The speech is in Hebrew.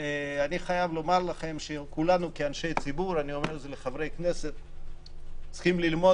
אני חייב לומר לכם שכולנו כאנשי ציבור צריכים ללמוד